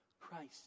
Christ